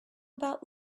about